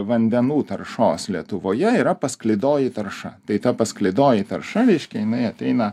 vandenų taršos lietuvoje yra pasklidoji tarša tai ta pasklidoji tarša reiškia jinai ateina